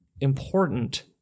important